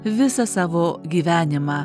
visą savo gyvenimą